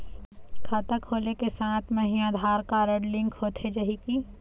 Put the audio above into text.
खाता खोले के साथ म ही आधार कारड लिंक होथे जाही की?